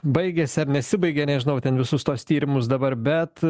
baigėsi ar nesibaigia nežinau ten visus tuos tyrimus dabar bet